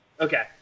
Okay